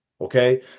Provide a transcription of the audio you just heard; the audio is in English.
okay